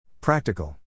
Practical